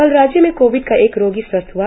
कल राज्य में कोविड का एक रोगी स्वस्थ हआ